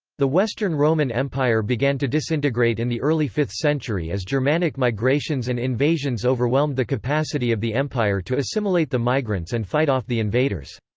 the western roman empire began to disintegrate in the early fifth century as germanic migrations and invasions overwhelmed the capacity of the empire to assimilate the migrants and fight off the invaders.